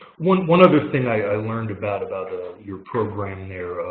one one other thing i learned about about ah your program there,